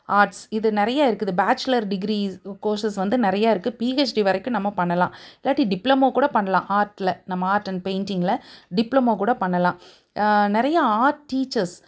arts இது நிறையா இருக்குது பேச்சுலர் டிகிரி கோர்ஸஸ் வந்து நிறையா இருக்குது பிஹெச்டி வரைக்கும் நம்ம பண்ணலாம் இல்லாட்டி டிப்ளோமோ கூட பண்ணலாம் ஆர்ட்டில் நம்ம ஆர்ட் அண்ட் பெயிண்டிங்கில் டிப்ளோமோ கூட பண்ணலாம் நிறைய ஆர்ட் டீச்சர்ஸ்